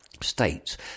states